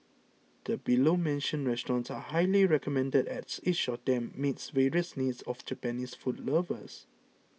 the below mentioned restaurants are highly recommended as each of them meets various needs of Japanese food lovers